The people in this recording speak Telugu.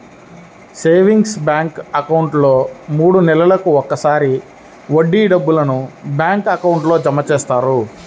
సేవింగ్స్ బ్యాంక్ అకౌంట్లో మూడు నెలలకు ఒకసారి వడ్డీ డబ్బులను బ్యాంక్ అకౌంట్లో జమ చేస్తారు